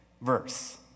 verse